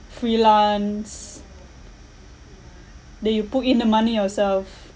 freelance then you put in the money yourself